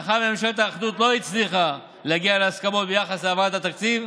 מאחר שממשלת האחדות לא הצליחה להגיע להסכמות ביחס להעברת התקציב,